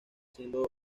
siendo